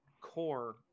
core